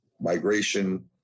migration